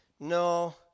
No